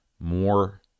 more